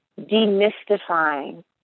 demystifying